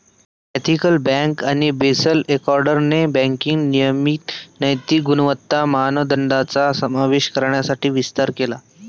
ethical bank आणि Basel एकॉर्डने banking नियमन नैतिक गुणवत्ता मानदंडांचा समावेश करण्यासाठी विस्तार केला